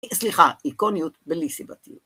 סליחה, איקוניות בלי סיבתיות.